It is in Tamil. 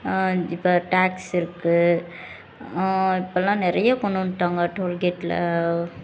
இப்போ டேக்ஸ் இருக்குது இப்போல்லாம் நிறைய கொண்டு வந்துட்டாங்க டோல்கேட்டில்